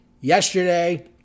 yesterday